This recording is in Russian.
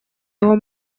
его